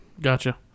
Gotcha